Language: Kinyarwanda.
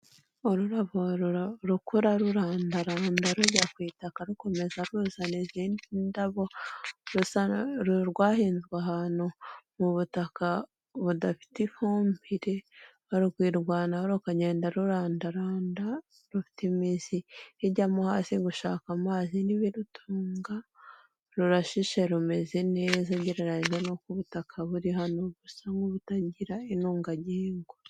Ururabo rukura rurandaranda rujya kw’itaka rukomeza ruzana izindi ndabo rwahinzwe ahantu mu butaka budafite ifumbire nkakwirwanaho rukagenda rurandaranda rufite imizi ijyamo hasi gushaka amazi n'ibirutunga rurashishe rumeze neza ugereranyije nuko ubutaka buri hano busa nk'ubutagira intungagihingwa.